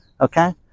Okay